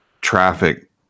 traffic